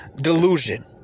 delusion